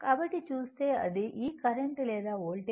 కాబట్టి చూస్తే అది ఈ కరెంట్ లేదా వోల్టేజ్